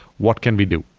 what can we do?